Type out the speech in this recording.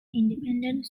independent